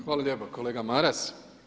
Hvala lijepa kolega Maras.